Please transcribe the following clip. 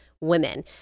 women